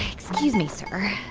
excuse me, sir